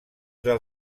del